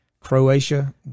Croatia